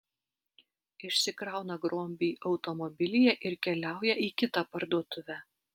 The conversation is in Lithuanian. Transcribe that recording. išsikrauna grobį automobilyje ir keliauja į kitą parduotuvę